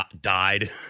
died